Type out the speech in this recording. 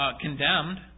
condemned